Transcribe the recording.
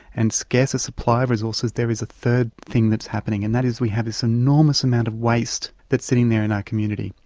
and scarcer supply of resources there is a third thing that's happening and that is we have this enormous amount of waste that is sitting there in our community.